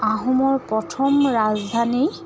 আহোমৰ প্ৰথম ৰাজধানী